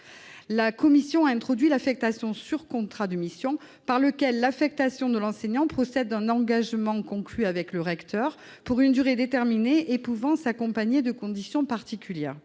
la commission a introduit l'affectation sur contrat de mission, par lequel l'affectation de l'enseignant procède d'un engagement conclu avec le recteur, pour une durée déterminée et pouvant s'accompagner de conditions particulières.